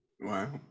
Wow